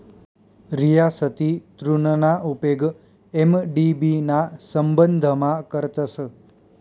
रियासती ऋणना उपेग एम.डी.बी ना संबंधमा करतस